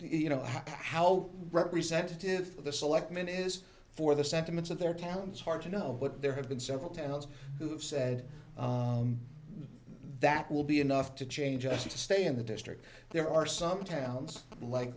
you know how representative the selectmen is for the sentiments of their towns hard to know but there have been several towns who have said that will be enough to change just to stay in the district there are some towns like